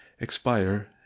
expire